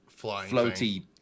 floaty